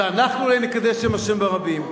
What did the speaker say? ואנחנו נהיה אלה שנקדש שם השם ברבים.